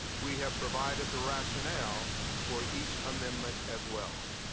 we have provided the rationale for each amendment, as well.